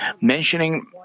mentioning